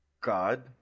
God